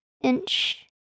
inch